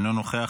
אינו נוכח,